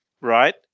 right